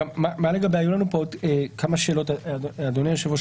היו לנו פה עוד כמה שאלות, אדוני היושב-ראש.